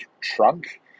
trunk